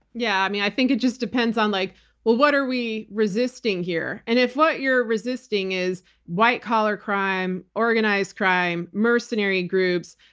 yeah. i mean, i think it just depends on, like what what are we resisting here? and if what you're resisting is white collar crime, organized crime, mercenary groups,